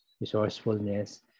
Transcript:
resourcefulness